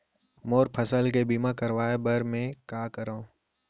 मोर फसल के बीमा करवाये बर में का करंव?